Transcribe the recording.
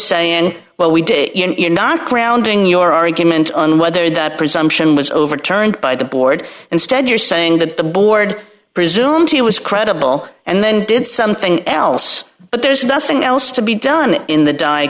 saying well we did not grounding your argument on whether the presumption was overturned by the board instead you're saying that the board presumed he was credible and then did something else but there's nothing else to be done in the di